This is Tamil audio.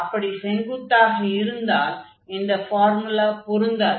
அப்படி செங்குத்தாக இருந்தால் இந்த ஃபார்முலா பொருந்தாது